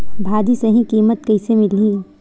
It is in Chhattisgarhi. भाजी सही कीमत कइसे मिलही?